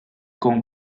con